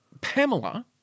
Pamela